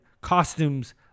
costumes